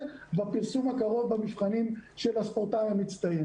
בפרסום הקרוב של המבחנים של הספורטאי המצטיין.